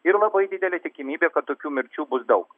ir labai didelė tikimybė kad tokių mirčių bus daug